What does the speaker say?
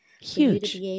Huge